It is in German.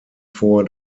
vor